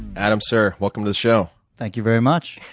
adam, sir, welcome to the show. thank you very much.